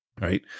right